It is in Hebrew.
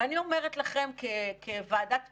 ואני אומרת לכם, כוועדת פיקוח,